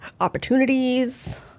opportunities